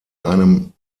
einem